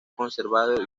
conservado